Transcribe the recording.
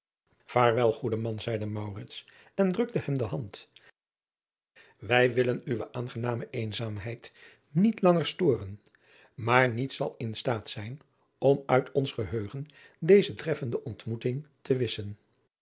aarwel goede oude man zeide en drukte hem de hand ij willen uwe aangename eenzaamheid niet langer storen maar niets zal in staat zijn om uit ons geheugen deze treffende ontmoeting uit te wisschen